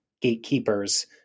gatekeepers